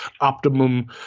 optimum